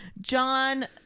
John